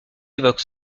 évoque